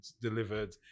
delivered